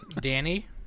Danny